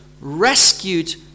rescued